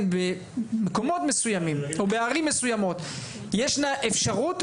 במקומות מסוימים או בערים מסוימות ישנה אפשרות,